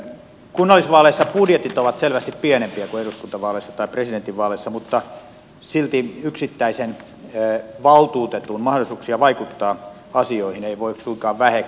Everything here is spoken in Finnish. kunnallisvaaleissa budjetit ovat selvästi pienempiä kuin eduskuntavaaleissa tai presidentinvaaleissa mutta silti yksittäisen valtuutetun mahdollisuuksia vaikuttaa asioihin ei voi suinkaan väheksyä